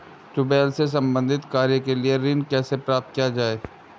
Tubewell से संबंधित कार्य के लिए ऋण कैसे प्राप्त किया जाए?